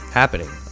happening